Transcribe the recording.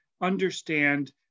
understand